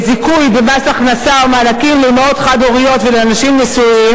והן בוודאי ציפו גם לשמוע בנושא השני,